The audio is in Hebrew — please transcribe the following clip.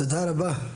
תודה רבה.